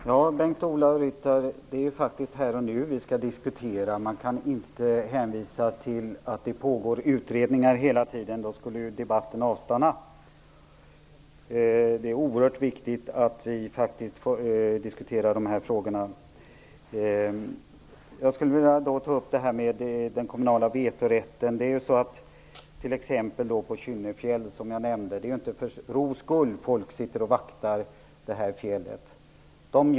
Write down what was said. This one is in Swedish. Fru talman! Det är faktiskt här och nu vi skall diskutera, Bengt-Ola Ryttar. Man kan inte hela tiden hänvisa till att det pågår utredningar. Då skulle debatten avstanna. Det är oerhört viktigt att vi faktiskt får diskutera de här frågorna. Jag skulle vilja ta upp frågan om den kommunala vetorätten. Det är inte för ro skull som folk sitter och vaktar Kynnefjäll, som jag nämnde.